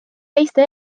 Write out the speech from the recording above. teiste